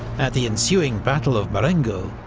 at the ensuing battle of marengo,